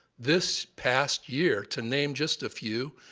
this past year, to name just a few,